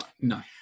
No